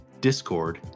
discord